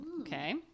okay